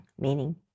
meaning